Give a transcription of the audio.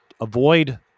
avoid